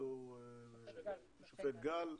השופט גל,